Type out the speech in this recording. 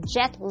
Jet